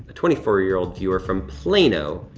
ah twenty four year old viewer from plano,